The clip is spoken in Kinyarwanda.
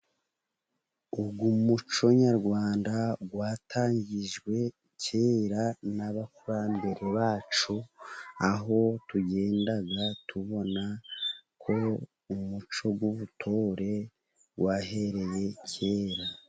Uyu muco nyarwanda, watangijwe kera n'abakurambere bacu, aho tugenda tubona ko umuco w'ubutore wahereye kera.